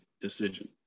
decision